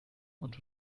und